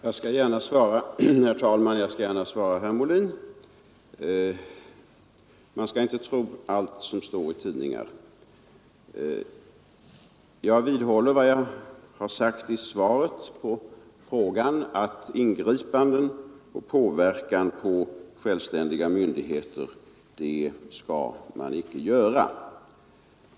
Herr talman! Jag skall gärna svara herr Molin. Man skall inte tro allt som står i tidningar. Jag vidhåller vad jag har sagt i svaret på frågan, att man skall icke företa ingripanden mot eller påverka självständiga myndigheter.